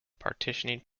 partitioning